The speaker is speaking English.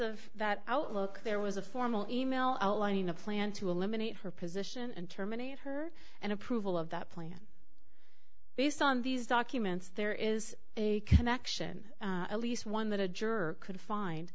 of that outlook there was a formal email outlining a plan to eliminate her position and terminate her and approval of that plan based on these documents there is a connection at least one that a juror co